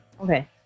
Okay